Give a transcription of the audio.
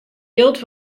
jild